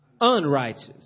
unrighteous